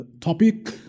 topic